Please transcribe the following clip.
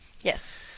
yes